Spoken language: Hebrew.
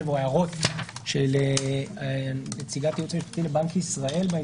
הערות בעניין הזה של נציגת הייעוץ המשפטי של בנק ישראל.